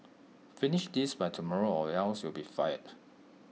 finish this by tomorrow or else you'll be fired